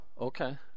Okay